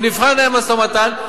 הוא נבחר לנהל משא-ומתן,